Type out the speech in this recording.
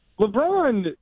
LeBron